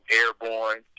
airborne